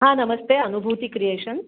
हां नमस्ते अनुभूती क्रियेशन